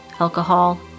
alcohol